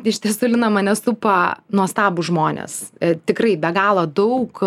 iš tiesų lina mane supa nuostabūs žmonės tikrai be galo daug